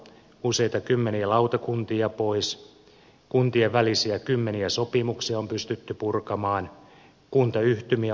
useita kymmeniä lautakuntia pois kymmeniä kuntien välisiä sopimuksia on pystytty purkamaan kuntayhtymiä on vähennetty